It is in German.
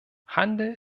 handel